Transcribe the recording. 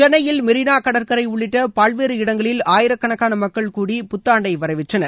சென்னையில் மெரினா கடற்கரை உள்ளிட்ட பல்வேறு இடங்களில் ஆயிரக்கணக்கான மக்கள் கூடி புத்தாண்டை வரவேற்றனர்